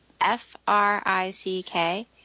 F-R-I-C-K